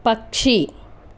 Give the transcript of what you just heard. పక్షి